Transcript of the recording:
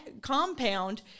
compound